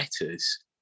letters